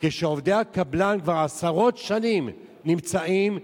כשעובדי הקבלן כבר עשרות שנים נמצאים,